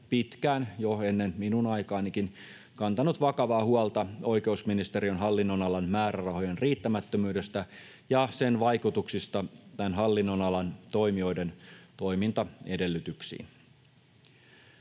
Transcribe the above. jo ennen minun aikaanikin kantanut vakavaa huolta oikeusministeriön hallinnonalan määrärahojen riittämättömyydestä ja sen vaikutuksista tämän hallinnonalan toimijoiden toimintaedellytyksiin.